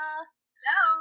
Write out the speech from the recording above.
Hello